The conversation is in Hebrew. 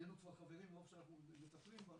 נהיינו כבר חברים מרוב שאנחנו מטפלים בו,